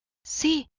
see!